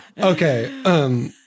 Okay